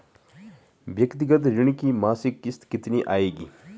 व्यक्तिगत ऋण की मासिक किश्त कितनी आएगी?